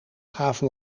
gaven